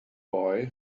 boy